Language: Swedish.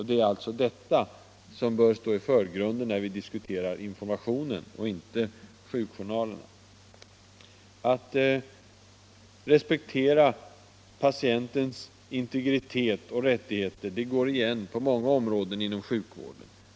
Det är alltså detta och inte sjukjournalerna som bör stå i förgrunden när vi diskuterar informationen. Att respektera patientens integritet och rättigheter går igen på många områden inom sjukvården.